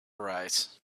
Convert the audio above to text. arise